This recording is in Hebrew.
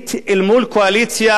יהודית אל מול קואליציה,